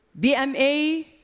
BMA